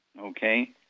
okay